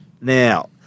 Now